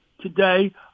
today